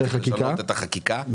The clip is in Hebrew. צריך לשנות את החקיקה,